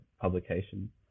publication